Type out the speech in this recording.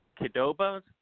Kedoba's